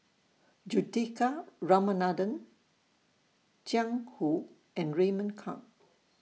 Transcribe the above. Juthika Ramanathan Jiang Hu and Raymond Kang